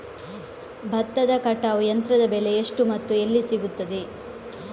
ಭತ್ತದ ಕಟಾವು ಯಂತ್ರದ ಬೆಲೆ ಎಷ್ಟು ಮತ್ತು ಎಲ್ಲಿ ಸಿಗುತ್ತದೆ?